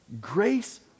Grace